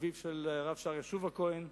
אביו של הרב שאר-ישוב כהן,